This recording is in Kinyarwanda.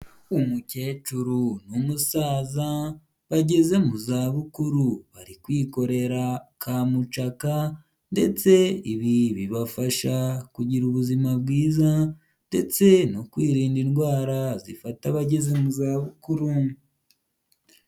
Umukecuru n'umusaza bageze mu za bukuru bari kwikorera ka mucaka ndetse ibi bibafasha kugira ubuzima bwiza ndetse no kwirinda indwara zifata abageze mu za bukuru.